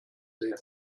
sehen